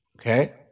Okay